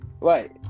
Right